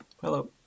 Hello